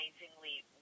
amazingly